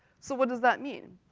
so, what does that mean?